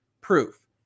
proof